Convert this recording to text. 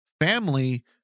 family